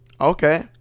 Okay